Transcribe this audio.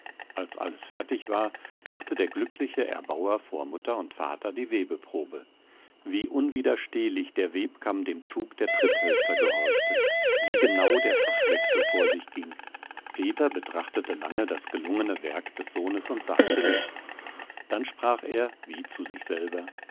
als alles fertig war machte der glückliche erbauer vor mutter und vater die webeprobe wie unwiderstehlich der webkamm dem zug der tritthölzer gehorchte wie genau der fachwechsel vor sich ging peter betrachtete lange das gelungene werk des sohnes und sagte nichts dann sprach er wie zu sich selber